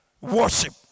worship